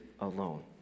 alone